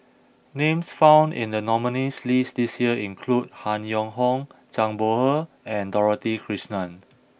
names found in the nominees' list this year include Han Yong Hong Zhang Bohe and Dorothy Krishnan